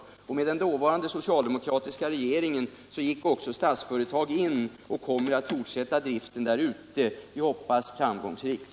Tack vare den dåvarande socialdemokratiska regeringen gick Statsföretag in och kommer att fortsätta driften, vi hoppas framgångsrikt.